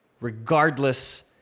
Regardless